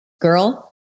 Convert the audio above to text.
girl